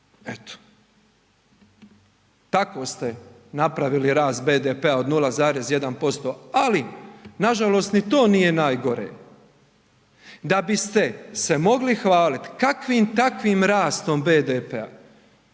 eto tako ste napravili rast BDP-a od 0,1%, ali nažalost ni to nije najgore, da biste se mogli hvalit kakvim takvim rastom BDP-a,